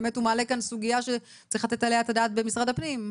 באמת הוא מעלה כאן סוגיה שצריך לתת עליה את הדעת במשרד הפנים.